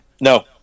No